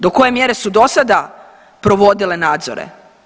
Do koje mjere su dosada provodile nadzore?